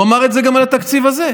הוא אמר את זה גם על התקציב הזה.